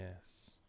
yes